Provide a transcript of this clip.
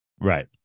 Right